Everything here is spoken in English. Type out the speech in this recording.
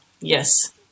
yes